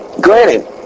granted